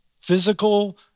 physical